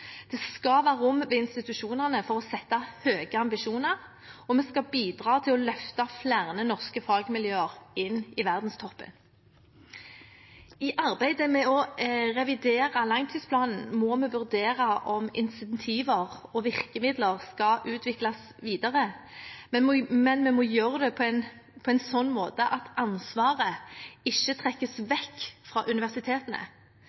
Det skal være rom ved institusjonene for å sette høye ambisjoner, og vi skal bidra til å løfte flere norske fagmiljøer inn i verdenstoppen. I arbeidet med å revidere langtidsplanen må vi vurdere om incentiver og virkemidler skal utvikles videre, men vi må gjøre det på en slik måte at ansvaret ikke trekkes